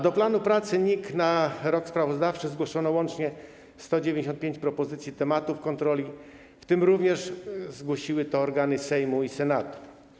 Do planu pracy NIK na rok sprawozdawczy zgłoszono łącznie 195 propozycji tematów kontroli, w tym również zgłosiły je organy Sejmu i Senatu.